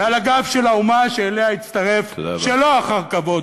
מעל הגב של האומה, שאליה הצטרף, שלא אחר כבוד,